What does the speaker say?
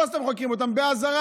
לא סתם חוקרים אותם, באזהרה.